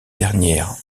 dernière